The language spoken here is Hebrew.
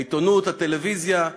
העיתונות, הטלוויזיה,